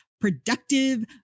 productive